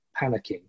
panicking